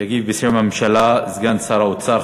יגיב בשם הממשלה סגן שר האוצר,